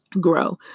grow